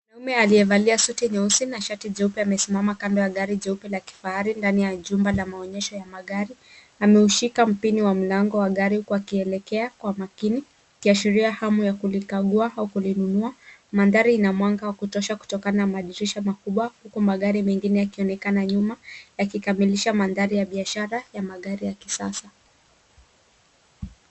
Mwanaume aliyevalia suti nyeusi na shati jeupe amesimama kando ya gari jeupe la kifahari ndani ya jumba la maonyesho ya magari. Ameushika mpini wa mlango wa gari huki akielekea kwa makini ikiashiria hamu ya kulikagua au kulinunua. Mandhari ina mwanga wa kutosha kutokana na madirisha makubwa huku magari mengine yakionekana nyuma yakikamilisha mandhari ya biashara ya magari ya kisasa.